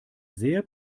sehr